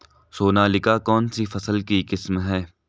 सोनालिका कौनसी फसल की किस्म है?